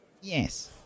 Yes